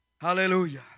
Hallelujah